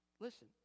Listen